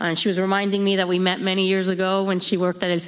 and she was reminding me that we met many years ago when she worked at and